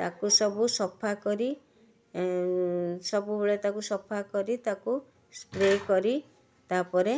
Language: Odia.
ତାକୁ ସବୁ ସଫା କରି ସବୁବେଳେ ତାକୁ ସଫା କରି ତାକୁ ସ୍ପ୍ରେ କରି ତା'ପରେ